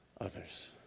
others